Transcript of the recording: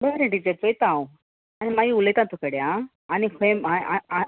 बरें टिचर पयता हांव आनी मागीर उलयता तुकोडें आं आनी खंय